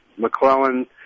McClellan